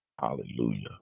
hallelujah